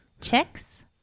Chicks